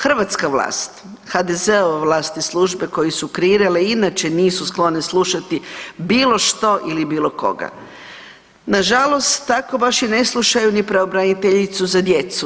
Hrvatska vlast, HDZ-ova vlast i službe koje su kreirale i inače nisu sklone slušati bilo što ili bilo koga, nažalost tako baš i ne slušaju pravobraniteljicu za djecu.